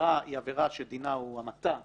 שהעבירה היא עבירה שדינה הוא המתה,